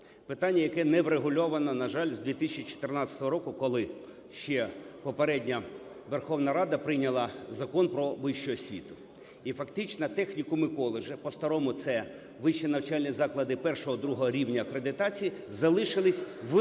питання, яке не врегульовано, на жаль, з 2014 року, коли ще попередня Верховна Рада прийняла Закон "Про вищу освіту", і фактично технікуми і коледжі (по старому, це вищі навчальні заклади І-ІІ рівня акредитації) залишились в